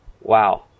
wow